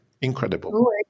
incredible